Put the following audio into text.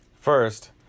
First